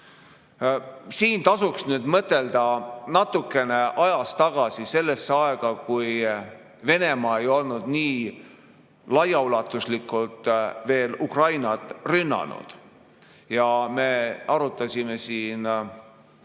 tasuks nüüd mõtelda natuke ajas tagasi sellesse aega, kui Venemaa ei olnud nii laiaulatuslikult veel Ukrainat rünnanud ja me arutasime siin